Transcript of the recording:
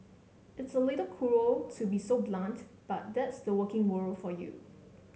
it's a little cruel to be so blunt but that's the working world for you